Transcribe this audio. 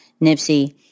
Nipsey